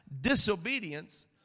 disobedience